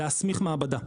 של להסמיך מעבדה,